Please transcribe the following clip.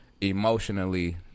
emotionally